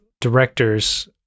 directors